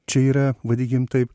čia yra vadinkim taip